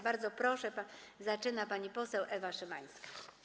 Bardzo proszę, zaczyna pani poseł Ewa Szymańska.